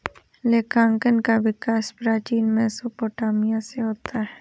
लेखांकन का विकास प्राचीन मेसोपोटामिया से होता है